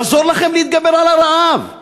יעזור לכם להתגבר על הרעב.